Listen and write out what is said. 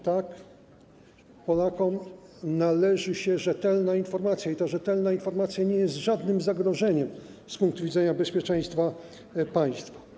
Tak, Polakom należy się rzetelna informacja i ta rzetelna informacja nie jest żadnym zagrożeniem z punktu widzenia bezpieczeństwa państwa.